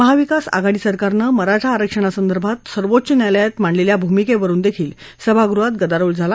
महाविकास आघाडी सरकारनं मराठा आरक्षणासंदर्भात सर्वोच्च न्यायालयात मांडलखा भूमिक्ख्रूनही विधान परिषदेत गदारोळ झाला